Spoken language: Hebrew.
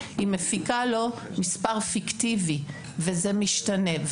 היא מפיקה לו מספר פיקטיבי וזה משתנה.